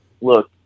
look